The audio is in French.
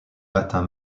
latin